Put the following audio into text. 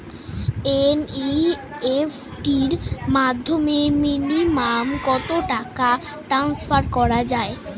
NEFT র মাধ্যমে minimum কত টাকা ট্রান্সফার করা যায়?